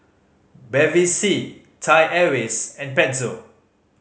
Bevy C Thai Airways and Pezzo